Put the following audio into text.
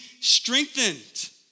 strengthened